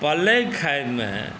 पलइ खाइमे